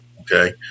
okay